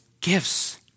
gifts